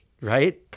right